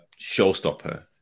showstopper